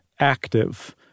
Active